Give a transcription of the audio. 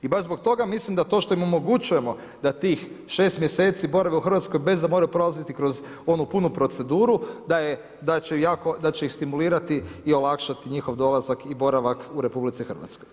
I baš zbog toga mislim da to što im omogućujemo da tih 6 mjeseci borave u Hrvatskoj bez da moraju prolaziti kroz onu punu proceduru, da će ih stimulirati i olakšati njihov dolazak i boravak u RH.